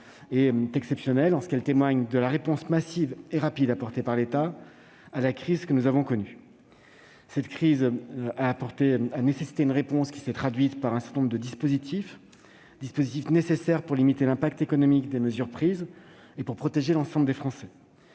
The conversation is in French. est exceptionnelle, en ce qu'elle témoigne de la réponse massive et rapide apportée par l'État à la crise que nous avons connue et qui s'est traduite par la mise en oeuvre d'un certain nombre de dispositifs nécessaires pour limiter l'impact économique des mesures prises pour protéger l'ensemble des Français.